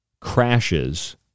crashes